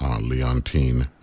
Leontine